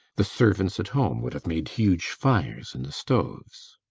the servants at home would have made huge fires in the stoves.